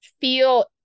feel